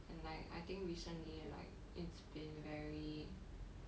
and like I think recently like it's been very